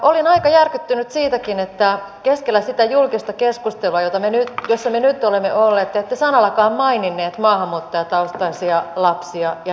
olin aika järkyttynyt siitäkin että keskellä sitä julkista keskustelua jossa me nyt olemme olleet te ette sanallakaan maininnut maahanmuuttajataustaisia lapsia ja nuoria